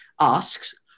asks